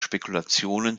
spekulationen